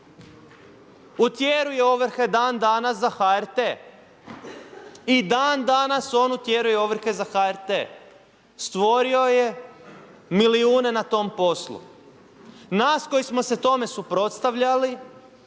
utjeruje ovrhe dan danas za HRT, i dan danas on utjeruje ovrhe za HRT, stvorio je milijune na tom poslu. Nas koji smo se tome suprotstavljali